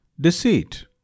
deceit